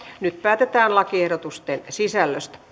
nyt päätetään lakiehdotusten sisällöstä